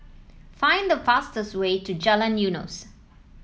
find the fastest way to Jalan Eunos